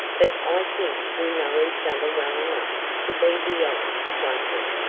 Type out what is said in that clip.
but i think we know each other well enough to be beyond wondering.